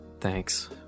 Thanks